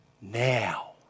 now